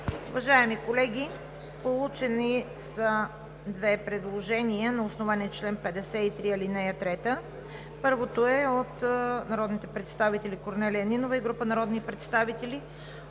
Уважаеми колеги, получени се две предложение на основание чл. 53, ал. 3. Първото е от народните представители Корнелия Нинова и група народни представители: